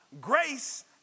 grace